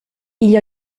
igl